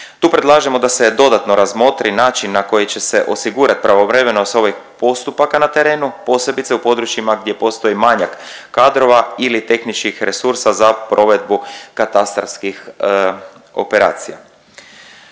Tu predlažemo da se dodatno razmotri način na koji će se osigurat pravovremeno …/Govornik se ne razumije./… postupaka na terenu posebice u područjima gdje postoji manjak kadrova ili tehničkih resursa za provedbu katastarskih operacija.